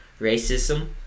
racism